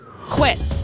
quit